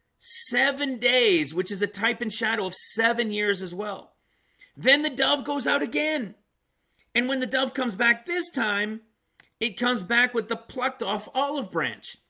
seven days, which is a type and shadow of seven years as well then the dove goes out again and when the dove comes back this time it comes back with the plucked off olive branch.